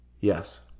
Yes